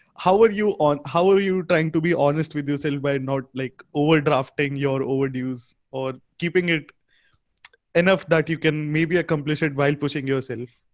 how would you? how are you trying to be honest with yourself by not like overdrafting your overviews or keeping it enough that you can maybe accomplish it while pushing yourself?